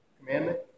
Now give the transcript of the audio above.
commandment